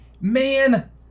man